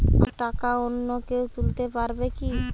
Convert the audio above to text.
আমার টাকা অন্য কেউ তুলতে পারবে কি?